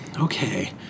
okay